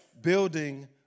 Building